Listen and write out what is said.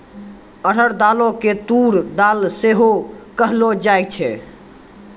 अरहर दालो के तूर दाल सेहो कहलो जाय छै